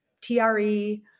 TRE